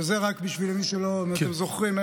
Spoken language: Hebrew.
בשביל מי שלא זוכרים,